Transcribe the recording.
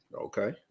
Okay